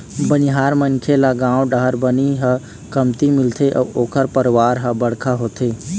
बनिहार मनखे ल गाँव डाहर बनी ह कमती मिलथे अउ ओखर परवार ह बड़का होथे